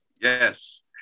yes